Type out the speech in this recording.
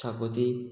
शाकोती